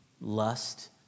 lust